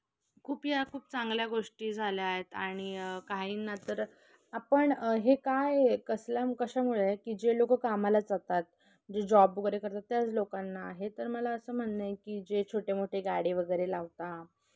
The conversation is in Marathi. खूप या खूप चांगल्या गोष्टी झाल्या आहेत आणि काहींना तर आपण हे काय कसल्या कशामुळे आहे की जे लोक कामाला जातात जे जॉब वगैरे करतात त्याच लोकांना आहे तर मला असं म्हणणं आहे की जे छोटे मोठे गाडी वगैरे लावता